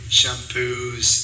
shampoos